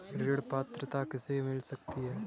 ऋण पात्रता किसे किसे मिल सकती है?